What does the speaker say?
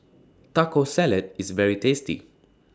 Taco Salad IS very tasty